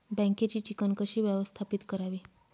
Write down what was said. बँकेची चिकण कशी व्यवस्थापित करावी?